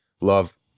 love